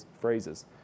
phrases